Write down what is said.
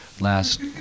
last